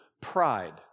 pride